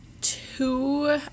two